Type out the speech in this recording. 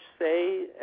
say